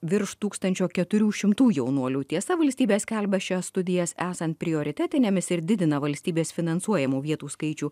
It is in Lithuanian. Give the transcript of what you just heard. virš tūkstančio keturių šimtų jaunuolių tiesa valstybė skelbia šias studijas esant prioritetinėmis ir didina valstybės finansuojamų vietų skaičių